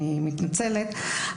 אני מתנצלת,